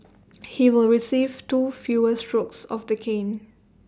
he will receive two fewer strokes of the cane